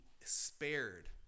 spared